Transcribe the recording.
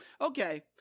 Okay